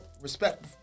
respect